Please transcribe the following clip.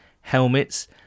helmets